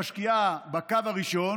משקיעה בקו הראשון